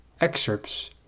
excerpts